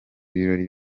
birori